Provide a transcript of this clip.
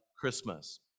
Christmas